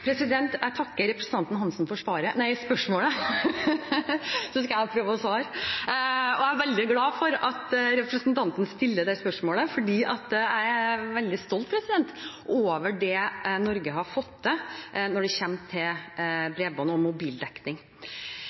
Jeg takker representanten Langholm Hansen for spørsmålet, som jeg skal prøve å svare på. Jeg er veldig glad for at representanten stiller det spørsmålet, for jeg er veldig stolt over det Norge har fått til når det gjelder bredbånd og mobildekning.